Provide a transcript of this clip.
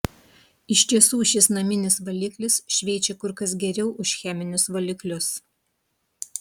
iš tiesų šis naminis valiklis šveičia kur kas geriau už cheminius valiklius